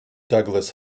douglass